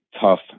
tough